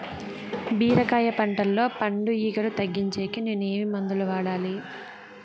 బీరకాయ పంటల్లో పండు ఈగలు తగ్గించేకి నేను ఏమి మందులు వాడాలా?